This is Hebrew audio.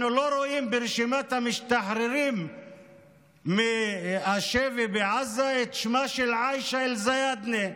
אנחנו לא רואים ברשימת המשתחררים מהשבי בעזה את שמה של עאישה אלזיאדנה,